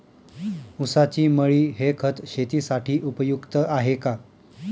ऊसाची मळी हे खत शेतीसाठी उपयुक्त आहे का?